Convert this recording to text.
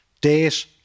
date